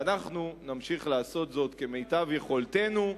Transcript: ואנחנו נמשיך לעשות זאת כמיטב יכולתנו,